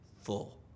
full